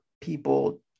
people